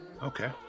Okay